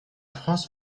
france